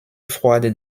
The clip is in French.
froide